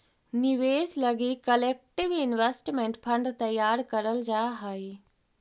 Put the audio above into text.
निवेश लगी collective investment fund तैयार करल जा हई